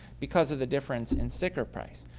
because of the difference in sticker price.